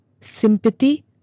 sympathy